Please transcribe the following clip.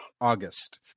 August